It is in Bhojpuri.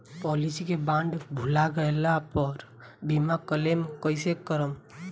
पॉलिसी के बॉन्ड भुला गैला पर बीमा क्लेम कईसे करम?